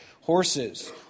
horses